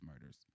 murders